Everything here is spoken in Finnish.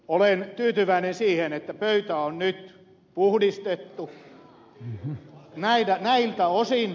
olen tyytyväinen siihen että pöytä on nyt puhdistettu näiltä osin